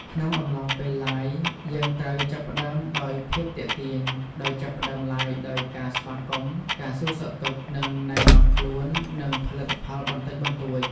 ក្នុងអំឡុងពេល Liveយើងត្រូវចាប់ផ្តើមដោយភាពទាក់ទាញ ដោយចាប់ផ្តើម Live ដោយការស្វាគមន៍ ការសួរសុខទុក្ខ និងណែនាំខ្លួន និងផលិតផលបន្តិចបន្តួច។